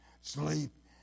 sleep